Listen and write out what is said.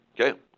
Okay